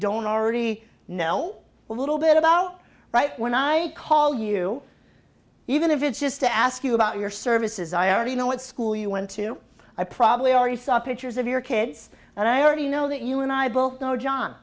don't already know a little bit about right when i call you even if it's just to ask you about your services i already know what school you went to i probably already saw pictures of your kids and i already know that you and i both know john